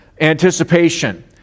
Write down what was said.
anticipation